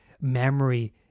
memory